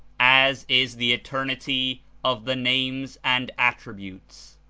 as is the eternity of the names and attributes.